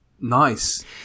Nice